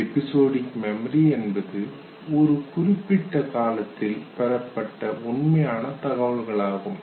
episodic memory என்பது ஒரு குறிப்பிட்ட காலத்தில் பெறப்பட்ட உண்மையான தகவல்களாகும்